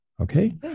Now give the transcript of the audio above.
Okay